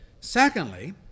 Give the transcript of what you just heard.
Secondly